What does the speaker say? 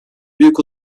büyük